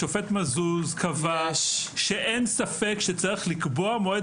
השופט מזוז קבע שאין ספק שצריך לקבוע מועד